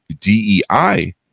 DEI